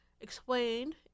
Explained